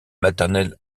maternelle